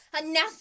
Enough